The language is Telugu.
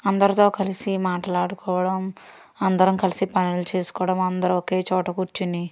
అందరితో కలిసి మాట్లాడుకోవడం అందరం కలిసి పనులు చేసుకోవడం అందరు ఒకే చోట కూర్చొని